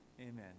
Amen